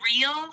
real